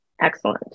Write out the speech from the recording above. Excellent